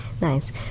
nice